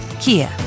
Kia